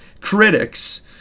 critics